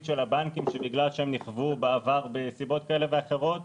בגלל שהם ניכוו בעבר בגלל סיבות כאלה ואחרות.